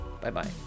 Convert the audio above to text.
bye-bye